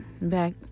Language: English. back